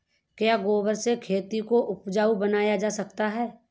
क्या गोबर से खेती को उपजाउ बनाया जा सकता है?